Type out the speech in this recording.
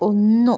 ഒന്നു